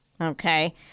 okay